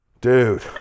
Dude